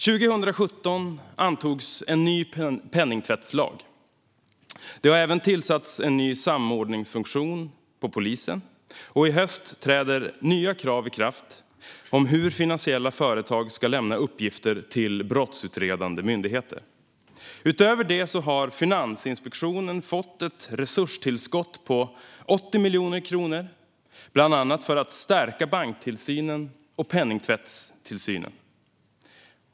År 2017 antogs en ny penningtvättslag. Det har även tillsats en ny samordningsfunktion hos polisen. I höst träder nya krav i kraft om hur finansiella företag ska lämna uppgifter till brottsutredande myndigheter. Utöver detta har Finansinspektionen fått ett resurstillskott på 80 miljoner kronor, bland annat för att stärka banktillsynen och penningtvättstillsynen.